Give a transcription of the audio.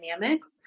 dynamics